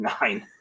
Nine